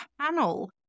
panel